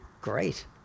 Great